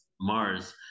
Mars